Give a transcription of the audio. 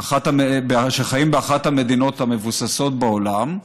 שחיים באחת המדינות המבוססות בעולם,